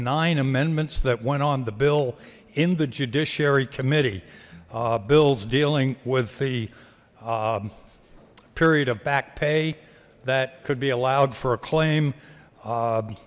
nine amendments that went on the bill in the judiciary committee bills dealing with the period of back pay that could be allowed for a claim